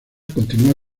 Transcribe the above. continúa